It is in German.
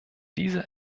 diese